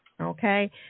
Okay